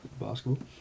basketball